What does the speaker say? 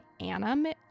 Anna